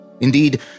Indeed